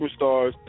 superstars